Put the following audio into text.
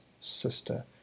sister